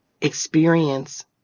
Experience